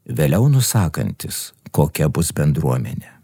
vėliau nusakantis kokia bus bendruomenė